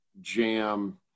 jam